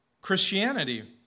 Christianity